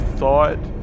thought